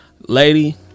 Lady